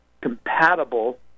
compatible